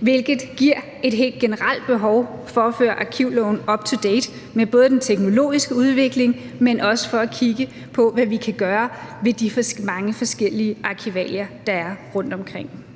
hvilket giver et helt generelt behov for at føre arkivloven up to date i forhold til både den teknologiske udvikling, men også for at kigge på, hvad vi kan gøre med de mange forskellige arkivalier, der er rundtomkring.